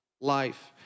life